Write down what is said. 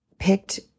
picked